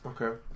Okay